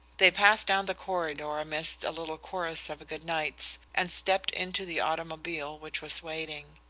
they passed down the corridor amidst a little chorus of good nights, and stepped into the automobile which was waiting.